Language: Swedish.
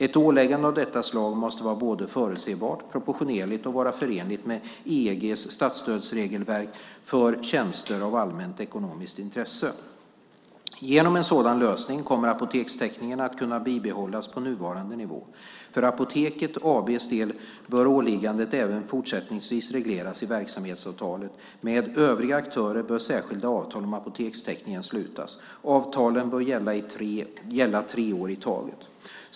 Ett åläggande av detta slag måste vara både förutsebart, proportionerligt och förenligt med EG:s statsstödsregelverk för tjänster av allmänt ekonomiskt intresse. Genom en sådan lösning kommer apotekstäckningen att kunna bibehållas på nuvarande nivå. För Apoteket AB:s del bör åliggandet även fortsättningsvis regleras i verksamhetsavtalet. Med övriga aktörer bör särskilda avtal om apotekstäckningen slutas. Avtalen bör gälla tre år i taget.